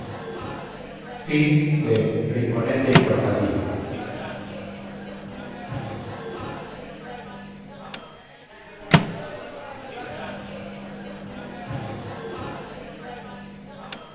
poniendo rinconete y cortadillo